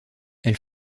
elle